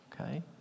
okay